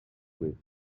with